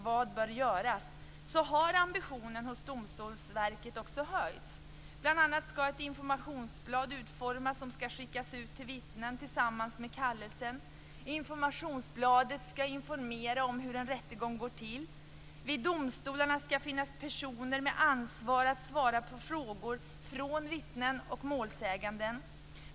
Vad bör göras?, har ambitionen hos Domstolsverket höjts. Bl.a. skall ett informationsblad utformas som skall skickas ut till vittnen tillsammans med kallelsen. Informationsbladet skall informera om hur en rättegång går till. Vid domstolarna skall finnas personer med ansvar att svara på frågor från vittnen och målsägande.